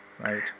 right